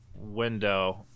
window